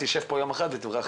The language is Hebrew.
תשב כאן יום אחד ותחזור.